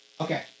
Okay